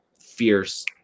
fierce